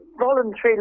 Voluntary